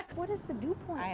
what is the dew point?